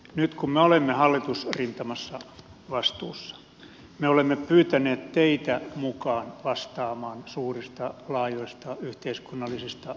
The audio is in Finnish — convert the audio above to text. nyt kun me olemme hallitusrintamassa vastuussa olemme pyytäneet teitä mukaan vastaamaan suurista laajoista yhteiskunnallisista asioista